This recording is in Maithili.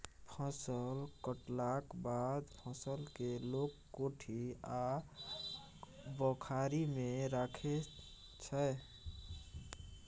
फसल कटलाक बाद फसल केँ लोक कोठी आ बखारी मे राखै छै